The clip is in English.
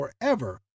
forever